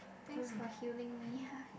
thanks for healing me